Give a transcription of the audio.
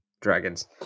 dragons